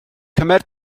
cymer